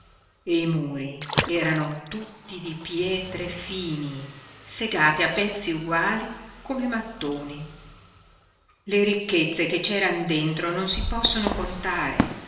e i muri erano tutti di pietre fini segate a pezzi uguali come mattoni le ricchezze che c'eran dentro non si possono contare